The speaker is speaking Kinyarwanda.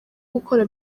gukora